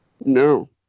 No